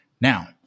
Now